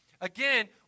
again